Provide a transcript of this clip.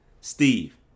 Steve